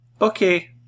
Okay